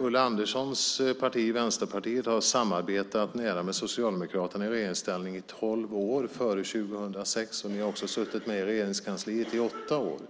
Ulla Anderssons parti, Vänsterpartiet, har samarbetat nära med Socialdemokraterna i regeringsställning i tolv år före 2006. Ni har också suttit med i Regeringskansliet i åtta år.